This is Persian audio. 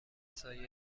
سایه